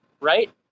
right